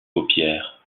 paupières